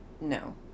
No